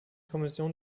kommission